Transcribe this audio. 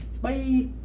Bye